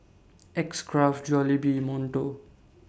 X Craft Jollibee Monto